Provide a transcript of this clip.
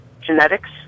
genetics